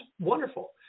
wonderful